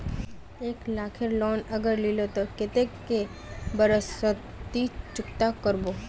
एक लाख केर लोन अगर लिलो ते कतेक कै बरश सोत ती चुकता करबो?